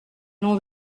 l’on